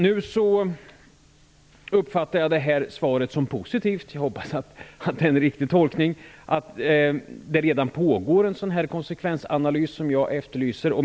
Jag uppfattar svaret som positivt. Jag hoppas att det är en riktig tolkning. Det pågår redan en sådan konsekvensanalys som jag efterlyste.